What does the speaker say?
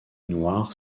noir